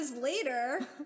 later